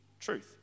truth